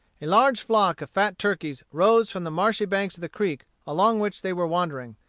a large flock of fat turkeys rose from the marshy banks of the creek along which they were wandering,